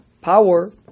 power